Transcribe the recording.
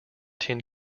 tin